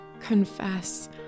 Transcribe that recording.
confess